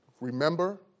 Remember